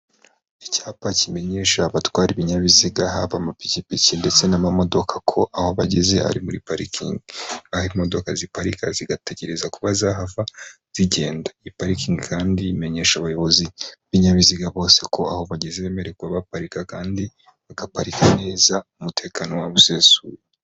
Icyapa kimenyesha abatwara ibinyabiziga haba amapikipiki ndetse n'amamodoka ko aho bageze ari muri parikingi. Aho imodoka ziparika zigategereza kuba zahava, zigenda. Iyi parikingi kandi imenyesha abayobozi b'ibinyabiziga bose ko aho bageze bemererwa kuba baparika kandi bagaparika neza umutekano wabo usesuye.